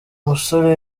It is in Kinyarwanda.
musore